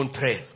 pray